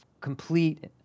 complete